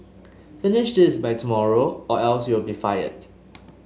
finish this by tomorrow or else you'll be fired